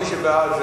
מי שבעד,